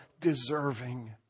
deserving